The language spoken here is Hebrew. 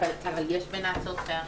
אבל יש בין ההצעות פערים.